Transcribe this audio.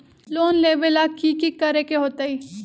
Loan लेबे ला की कि करे के होतई?